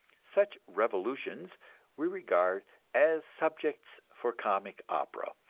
such revolutions we regard as subjects for comic opera,